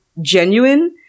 genuine